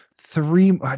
three